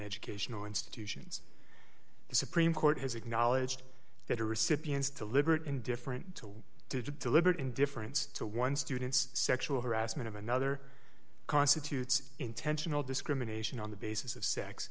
educational institutions the supreme court has acknowledged that the recipients deliberate in different digit deliberate indifference to one student's sexual harassment of another constitutes intentional discrimination on the basis of sex